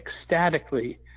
ecstatically